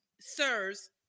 Sirs